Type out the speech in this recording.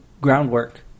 groundwork